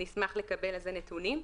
נשמח לקבל על זה נתונים.